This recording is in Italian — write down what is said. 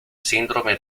sindrome